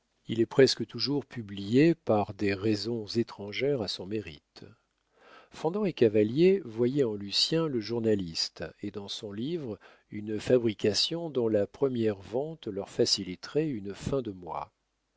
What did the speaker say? il est presque toujours publié par des raisons étrangères à son mérite fendant et cavalier voyaient en lucien le journaliste et dans son livre une fabrication dont la première vente leur faciliterait une fin de mois